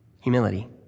Humility